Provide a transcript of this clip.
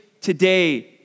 today